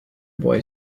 boy